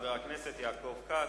חבר הכנסת יעקב כץ,